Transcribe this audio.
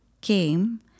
came